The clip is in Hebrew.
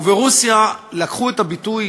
וברוסיה לקחו את הביטוי